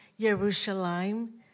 Jerusalem